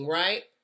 right